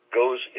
goes